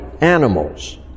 animals